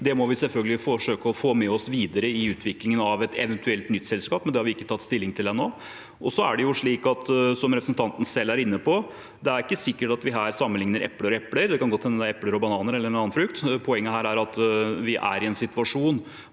Det må vi selvfølgelig forsøke å få med oss videre i utviklingen av et eventuelt nytt selskap, men det har vi ikke tatt stilling til ennå. Som representanten selv er inne på, er det ikke sikkert at vi her sammenligner epler og epler. Det kan godt hende det er epler og bananer eller en annen frukt. Poenget er at vi er i en situasjon